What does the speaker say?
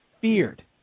Feared